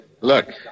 Look